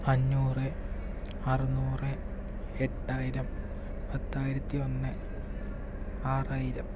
അഞ്ഞൂറ് അറുന്നൂറ് ഏട്ടായിരം പത്തായിരത്തി ഒന്ന് ആറായിരം